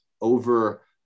over